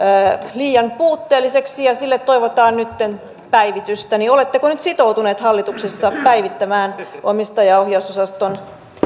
liian puutteelliseksi ja sille toivotaan nytten päivitystä oletteko nyt sitoutuneet hallituksessa päivittämään omistajaohjausosasto